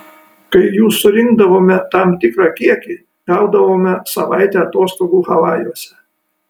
kai jų surinkdavome tam tikrą kiekį gaudavome savaitę atostogų havajuose